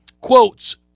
quotes